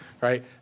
right